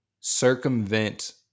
circumvent